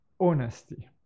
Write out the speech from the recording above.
honesty